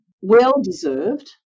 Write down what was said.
well-deserved